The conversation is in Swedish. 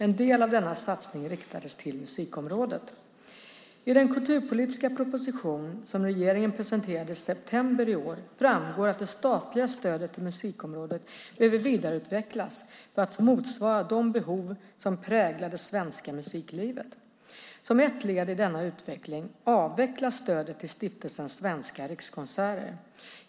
En del av denna satsning riktades till musikområdet. I den kulturpolitiska proposition som regeringen presenterade i september i år framgår att det statliga stödet till musikområdet behöver vidareutvecklas för att motsvara de behov som präglar det svenska musiklivet. Som ett led i denna utveckling avvecklas stödet till Stiftelsen Svenska Rikskonserter.